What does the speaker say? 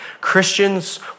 Christians